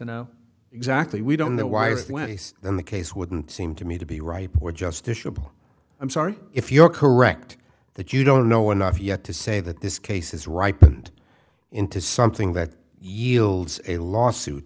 know exactly we don't know why it is less than the case wouldn't seem to me to be right or justiciable i'm sorry if you're correct that you don't know enough yet to say that this case is ripe and into something that yields a lawsuit